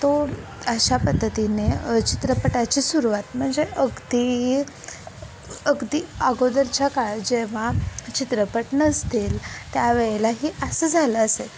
तो अशा पद्धतीने चित्रपटाची सुरुवात म्हणजे अगदी अगदी अगोदरच्या काळ जेव्हा चित्रपट नसतील त्या वेळेलाही असं झालं असेल